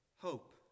hope